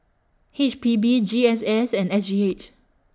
H P B G S S and S G H